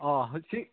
ꯑꯣ ꯍꯧꯖꯤꯛ